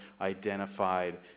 identified